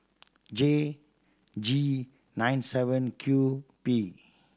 J G nine seven Q P